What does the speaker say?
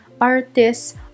Artists